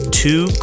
two